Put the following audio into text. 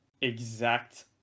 exact